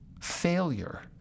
failure